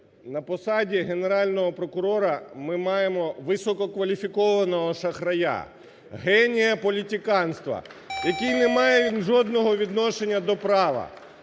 На посаді Генерального прокурора ми маємо висококваліфікованого шахрая, генія політиканства, який не має жодного відношення до права!